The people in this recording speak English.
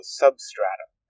substratum